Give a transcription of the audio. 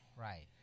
Right